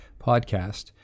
podcast